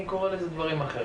לפעמים חולים ומוחלשים,